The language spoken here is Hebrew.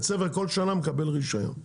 בית ספר כל שנה מקבל רישיון.